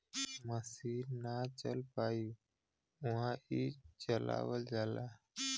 मसीन ना चल पाई उहा ई चलावल जाला